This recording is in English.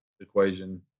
equation